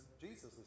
Jesus